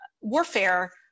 warfare